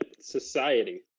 society